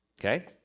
Okay